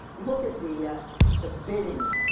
look at the the bidding